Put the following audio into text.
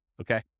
okay